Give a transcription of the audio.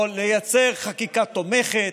או לייצר חקיקה תומכת,